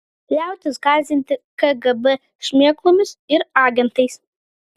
liautis gąsdinti kgb šmėklomis ir agentais